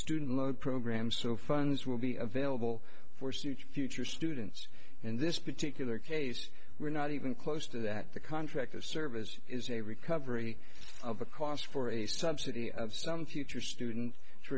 student loan program so funds will be available for such future students in this particular case we're not even close to that the contract of service is a recovery of the cost for a subsidy of some future student to